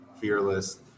fearless